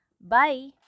Bye